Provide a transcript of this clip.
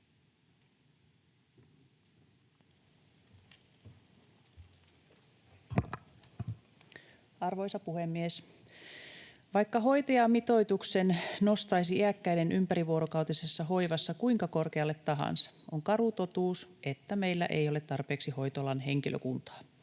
Arvoisa puhemies! Vaikka hoitajamitoituksen nostaisi iäkkäiden ympärivuorokautisessa hoivassa kuinka korkealle tahansa, on karu totuus, että meillä ei ole tarpeeksi hoitoalan henkilökuntaa.